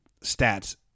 stats